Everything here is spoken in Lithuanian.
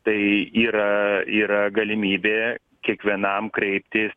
tai yra yra galimybė kiekvienam kreiptis